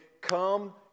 Come